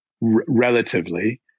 relatively